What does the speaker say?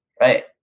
right